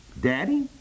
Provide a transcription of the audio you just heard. Daddy